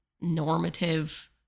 normative